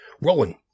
Rolling